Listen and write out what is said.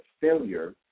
failure